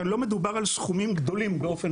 כאן לא מדובר על סכומים גדולים באופן